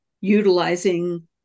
utilizing